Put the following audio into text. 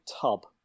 tub